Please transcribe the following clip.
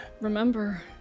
remember